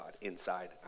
inside